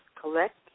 collect